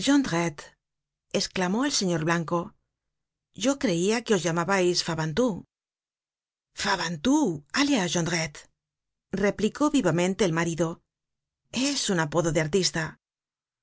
esclamó el señor blanco yo creia que os llamábais fabantou content from google book search generated at fabantou alias jondrette replicó vivamente el marido es un apodo de artista